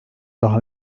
daha